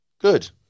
Good